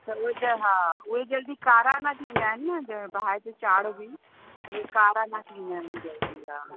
त उहे ज हा उहे जल्दी कारा न थींदा आहिनि न ज बाहि ते चाढ़ बि उहे कारा न थींदा आहिनि जल्दी हा